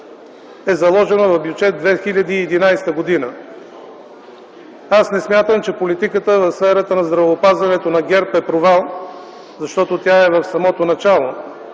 е заложено в Бюджет 2011 г. Аз не смятам, че политиката в сферата на здравеопазването на ГЕРБ е провал, защото тя е в самото начало.